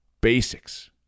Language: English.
basics